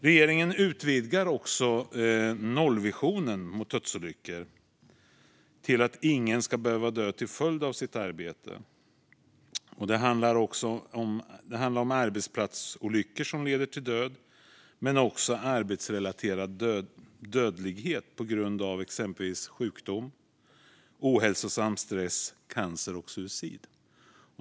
Regeringen utvidgar också nollvisionen för dödsolyckor till att ingen ska behöva dö till följd av sitt arbete. Det handlar om arbetsplatsolyckor som leder till döden men också om arbetsrelaterad dödlighet på grund av exempelvis sjukdom, ohälsosam stress, cancer och suicid.